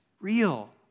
real